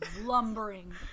lumbering